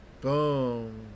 boom